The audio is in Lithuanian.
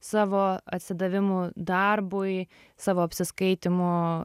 savo atsidavimu darbui savo apsiskaitymu